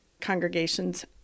congregations